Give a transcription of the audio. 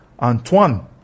Antoine